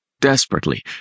Desperately